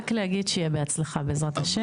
רק להגיד שיהיה בהצלחה, בעזרת השם.